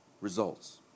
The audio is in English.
results